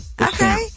Okay